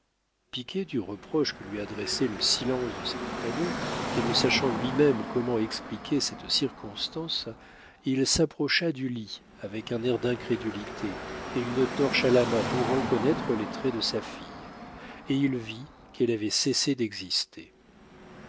du reproche que lui adressait le silence de ses compagnons et ne sachant lui-même comment expliquer cette circonstance il s'approcha du lit avec un air d'incrédulité et une torche à la main pour reconnaître les traits de sa fille et il vit qu'elle avait cessé d'exister